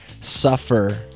suffer